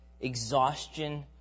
exhaustion